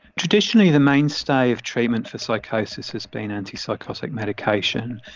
traditionally the mainstay of treatment for psychosis has been antipsychotic medication,